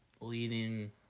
leading